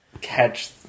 catch